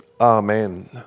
Amen